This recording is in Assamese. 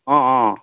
অঁ অঁ